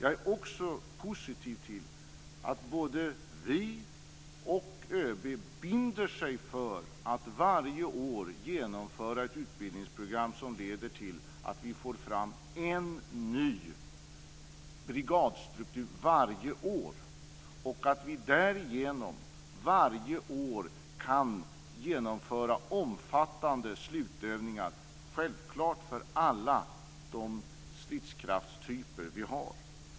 Jag är också positiv till att både vi och ÖB binder sig för att varje år genomföra ett utbildningsprogram som leder till att vi får fram en ny brigadstruktur varje år och att vi därigenom varje år kan genomföra omfattande slutövningar - självklart för alla de stridskraftstyper vi har.